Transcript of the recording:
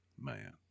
man